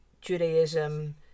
Judaism